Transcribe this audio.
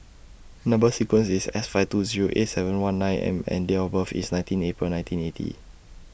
Number sequence IS S five two Zero eight seven one nine M and Date of birth IS nineteen April nineteen eighty